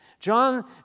John